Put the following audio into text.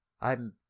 I'm